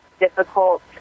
difficult